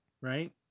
right